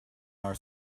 our